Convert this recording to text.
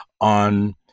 on